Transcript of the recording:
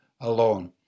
alone